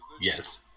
yes